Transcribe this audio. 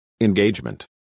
Engagement